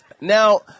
Now